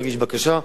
מגיש בקשה.